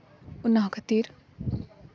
ᱚᱱᱟ ᱠᱷᱟᱹᱛᱤᱨ